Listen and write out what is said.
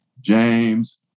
James